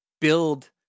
build